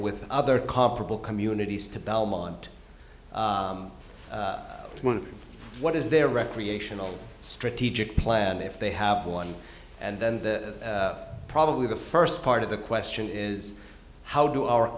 with other comparable communities to belmont one what is their recreational strategic plan if they have one and then the probably the first part of the question is how do our